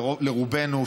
לרובנו,